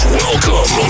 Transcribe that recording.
welcome